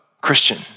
Christian